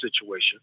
situation